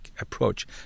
approach